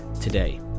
today